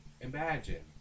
imagine